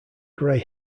grey